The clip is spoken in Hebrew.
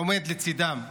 עומד לצידם.